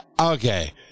Okay